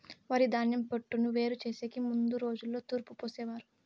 వరిధాన్యం పొట్టును వేరు చేసెకి ముందు రోజుల్లో తూర్పు పోసేవారు